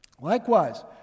Likewise